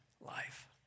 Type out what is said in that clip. life